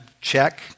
check